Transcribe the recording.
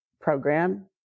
program